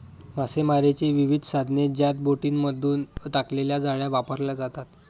मासेमारीची विविध साधने ज्यात बोटींमधून टाकलेल्या जाळ्या वापरल्या जातात